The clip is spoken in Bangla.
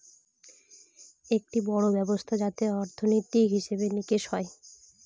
একটি বড়ো ব্যবস্থা যাতে অর্থনীতি, হিসেব নিকেশ হয়